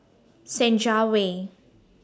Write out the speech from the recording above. Senja Way